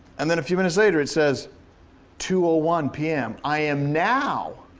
and then a few minutes later it says two ah one p m. i am now